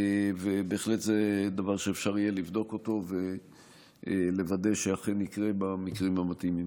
ובהחלט זה דבר שאפשר יהיה לבדוק אותו ולוודא שאכן יקרה במקרים המתאימים.